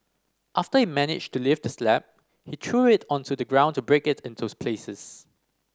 after he managed to lift the slab he threw it onto the ground to break it into pieces